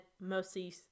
mostly